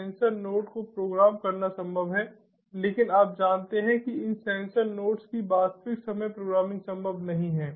sensor nodes को program करना संभव है लेकिन आप जानते हैं कि इन सेंसर नोड्स की वास्तविक समय प्रोग्रामिंग संभव नहीं है